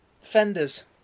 fenders